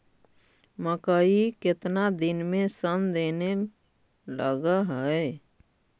मकइ केतना दिन में शन देने लग है?